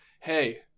hey